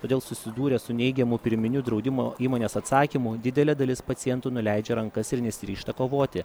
todėl susidūrę su neigiamu pirminiu draudimo įmonės atsakymu didelė dalis pacientų nuleidžia rankas ir nesiryžta kovoti